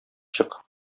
чык